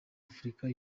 afurika